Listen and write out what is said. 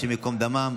ה' ייקום דמם.